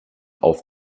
auf